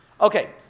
Okay